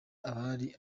abari